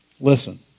listen